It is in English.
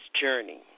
journey